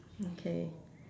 mm K